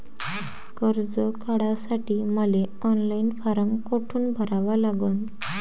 कर्ज काढासाठी मले ऑनलाईन फारम कोठून भरावा लागन?